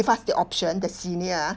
us the option the senior ah